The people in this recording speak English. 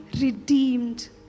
redeemed